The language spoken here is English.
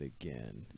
again